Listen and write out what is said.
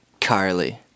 Carly